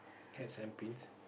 heads and pins